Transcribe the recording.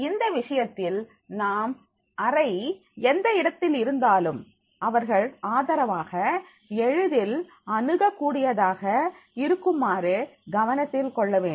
இந்த விஷயத்தில் நாம் அறை எந்த இடத்தில் இருந்தாலும் அவர்கள் ஆதரவாக எளிதில் அணுகக் கூடியதாக இருக்குமாறு கவனத்தில் கொள்ள வேண்டும்